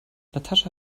natascha